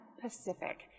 Pacific